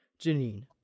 Janine